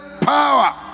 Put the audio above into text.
power